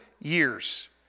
years